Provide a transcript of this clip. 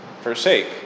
forsake